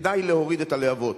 וכדאי להוריד את הלהבות,